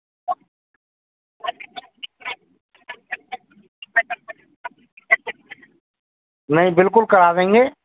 नहीं बिल्कुल करा देंगे